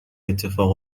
اتفاق